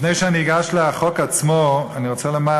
לפני שאגש לחוק עצמו אני רוצה לומר,